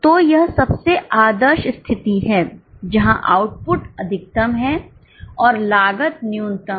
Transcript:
तो यह सबसे आदर्श स्थिति है जहां आउटपुट अधिकतम है और लागत न्यूनतम है